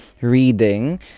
reading